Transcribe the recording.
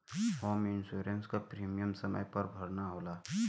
home insurance क premium समय पर भरना होला